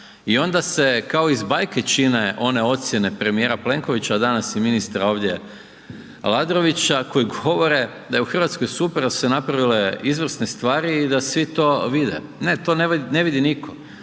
I onda se kao iz bajke čine one ocjene premijera Plenkovića a danas i ministra ovdje Aladrovića koje govore da je u Hrvatskoj super, da su se napravile izvrsne stvari i da svi to vide. Ne, to ne vidi nitko.